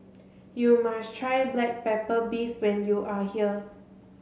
you must try black pepper beef when you are here